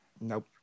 Nope